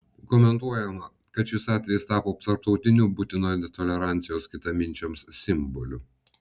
komentuojama kad šis atvejis tapo tarptautiniu putino netolerancijos kitaminčiams simboliu